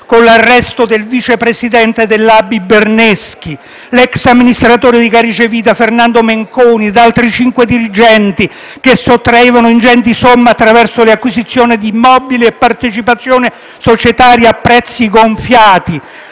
con l'arresto del vice presidente dell'Associazione bancaria italiana Berneschi, l'ex amministratore di Carige Vita, Fernando Menconi, e altri cinque dirigenti che sottraevano ingenti somme attraverso le acquisizioni di immobili e partecipazioni societarie a prezzi gonfiati,